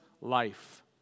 life